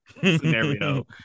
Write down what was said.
scenario